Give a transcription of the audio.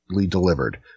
delivered